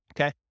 Okay